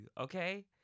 okay